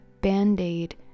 band-aid